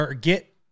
get